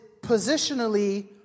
positionally